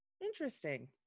interesting